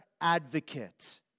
advocate